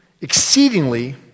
exceedingly